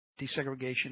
desegregation